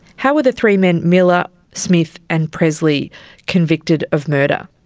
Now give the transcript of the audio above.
how were the three men miller, smith and presley convicted of murder?